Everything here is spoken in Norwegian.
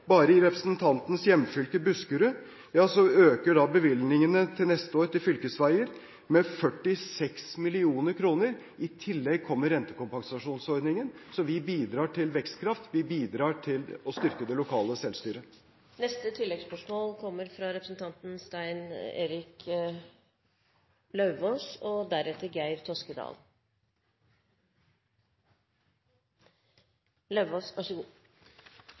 Bare i representanten Lundteigens hjemfylke, Buskerud, øker bevilgningene til fylkesveier neste år med 46 mill. kr. I tillegg kommer rentekompensasjonsordningen. Så vi bidrar til vekstkraft, og vi bidrar til å styrke det lokale selvstyret.